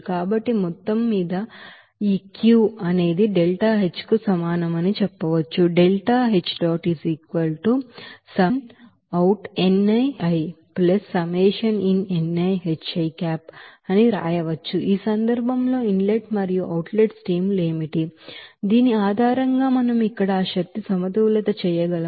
కాబట్టి మొత్తం మీద ఈ Q ΔH సమానం అని చెప్పవచ్చు ఈ సందర్భంలో ఇన్ లెట్ మరియు అవుట్ లెట్ స్ట్రీమ్ లు ఏమిటి దీని ఆధారంగా మనం ఇక్కడ ఆ ఎనర్జీ బాలన్స్ ను చేయగలం